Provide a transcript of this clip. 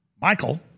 Michael